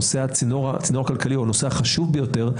נושא הצינור הכלכלי הוא הצינור החשוב ביותר,